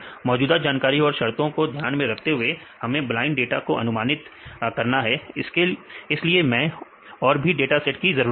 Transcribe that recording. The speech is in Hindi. मौजूदा जानकारी और शर्तों को ध्यान में रखते हुए हमें ब्लाइंड डाटा को अनुमानित करना है इसीलिए मैं और भी डाटा सेट की जरूरत है